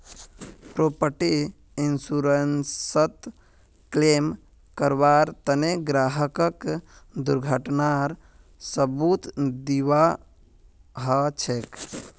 property इन्शुरन्सत claim करबार तने ग्राहकक दुर्घटनार सबूत दीबा ह छेक